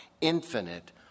infinite